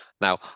Now